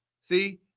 see